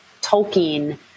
Tolkien